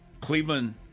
Cleveland –